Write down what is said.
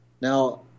Now